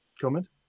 comment